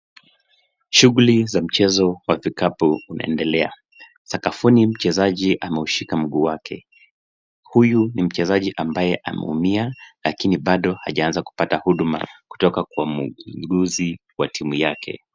Shughuli za mchezo wa vikapu unaendelea. Sakafuni mchezaji ameushika mguu wake. Huyu ni mchezaji ambaye ameumia lakini bado hajaanza kupata huduma kutoka kwa muuguzi wa timu yake.